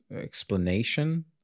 explanation